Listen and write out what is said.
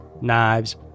knives